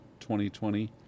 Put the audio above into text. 2020